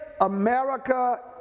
america